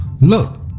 Look